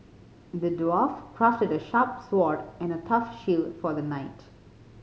the dwarf crafted a sharp sword and a tough shield for the knight